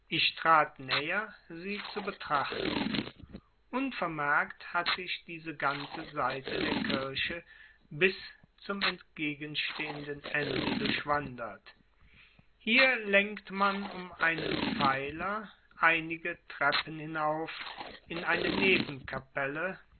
ich trat näher sie zu betrachten unvermerkt hatte ich diese ganze seite der kirche bis zum entgegenstehenden ende durchwandert hier lenkt man um einen pfeiler einige treppen hinauf in eine